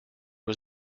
was